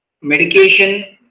Medication